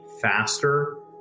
faster